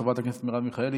חברת הכנסת מרב מיכאלי,